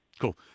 Cool